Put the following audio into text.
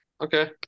Okay